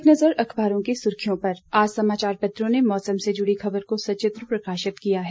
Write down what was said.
एक नज़र अखबारों की सुर्खियों पर आज समाचार पत्रों ने मौसम से जुड़ी खबर को सचित्र प्रकाशित किया है